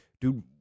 dude